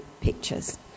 pictures